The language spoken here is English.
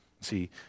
See